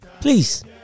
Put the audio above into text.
Please